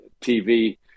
TV